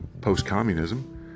post-communism